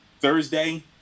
Thursday